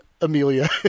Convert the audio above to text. Amelia